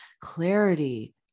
clarity